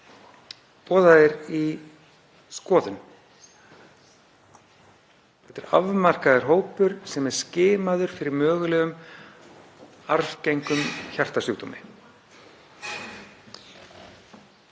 boðaðir í skoðun. Þetta er afmarkaður hópur sem er skimaður fyrir mögulegum arfgengum hjartasjúkdómi.